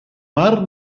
mar